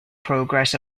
progress